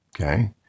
okay